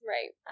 Right